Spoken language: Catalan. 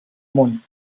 món